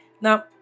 Now